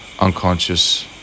unconscious